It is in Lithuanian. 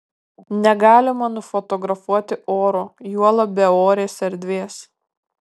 negalima nufotografuoti oro juolab beorės erdvės